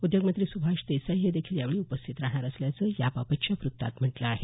उद्योगमंत्री सुभाष देसाई हे देखील यावेळी उपस्थीत राहणार असल्याचं याबाबतच्या व्रत्तात म्हटलं आहे